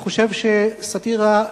סאטירה,